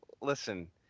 listen